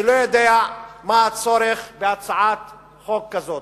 אני לא יודע מה הצורך בהצעת חוק כזאת.